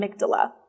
amygdala